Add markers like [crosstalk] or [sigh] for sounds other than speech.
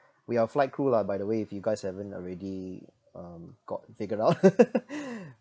we are flight crew lah by the way if you guys haven't already um got figured out [laughs]